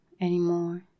anymore